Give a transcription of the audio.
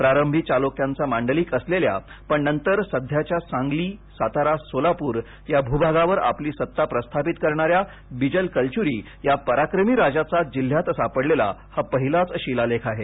प्रारंभी चालुक्यांचा मांडलिक असलेल्या पण नंतर सध्याच्या सांगली सातारा सोलापूर या भूभागावर आपली सत्ता प्रस्थापित करणाऱ्या बिजल कलचुरी या पराक्रमी राजाचा जिल्ह्यात सापडलेला हा पहिलाच शिलालेख आहे